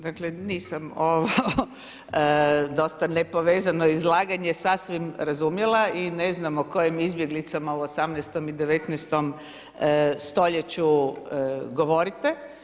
Dakle, nisam dosta nepovezano izlaganje sasvim razumjela i ne znam o kojim izbjeglicama u 18. i 19. stoljeću govorite.